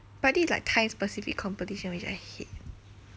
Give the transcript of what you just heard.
but this is like time specific competition which I hate